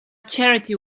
charity